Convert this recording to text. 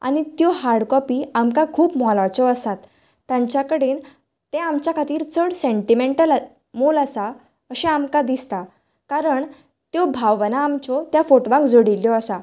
आनी त्यो hard copy आमकां खूब मोलाच्यो आसात तांचे कडेन तें आमच्या खातीर चड सेंटीमेंटल मोल आसा अशें आमकां दिसता कारण त्यो भावना आमच्यो त्या फोटवाक जोडिल्यो आसात